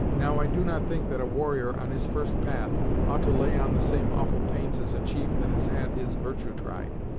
now i do not think that a warrior on his first path ought to lay on the same awful paints as a chief that has had his virtue tried,